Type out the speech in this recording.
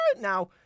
now